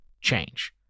change